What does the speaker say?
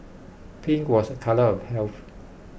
pink was a colour of health